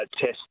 test